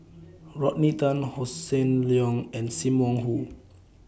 Rodney Tan Hossan Leong and SIM Wong Hoo